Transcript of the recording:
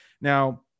now